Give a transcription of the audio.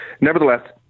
Nevertheless